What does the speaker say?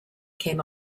came